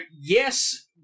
Yes